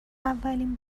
اولین